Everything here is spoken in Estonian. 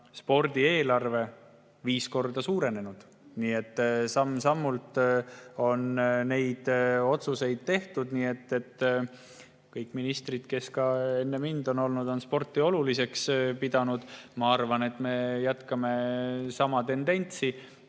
spordi eelarve viis korda suurenenud. Samm-sammult on neid otsuseid tehtud. Kõik ministrid, kes enne mind on [selles ametis] olnud, on sporti oluliseks pidanud. Ma arvan, et me jätkame sama tendentsi,